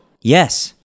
Yes